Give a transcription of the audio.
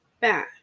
bad